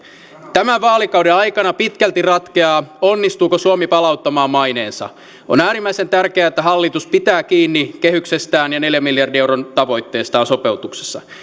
tämän vaalikauden aikana pitkälti ratkeaa onnistuuko suomi palauttamaan maineensa on äärimmäisen tärkeää että hallitus pitää kiinni kehyksestään ja neljän miljardin euron tavoitteestaan sopeutuksessa